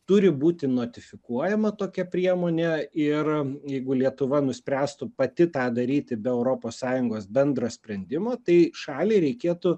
turi būti notifikuojama tokia priemonė ir jeigu lietuva nuspręstų pati tą daryti be europos sąjungos bendro sprendimo tai šaliai reikėtų